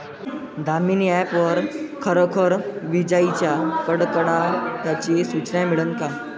Damini app वर खरोखर विजाइच्या कडकडाटाची सूचना मिळन का?